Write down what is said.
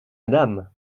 madame